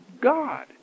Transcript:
God